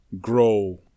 grow